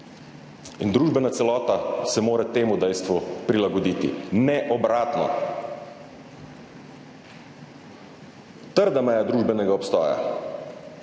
in družbena celota se mora temu dejstvu prilagoditi, ne obratno. Trda meja družbenega obstoja,